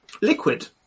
Liquid